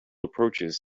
approaches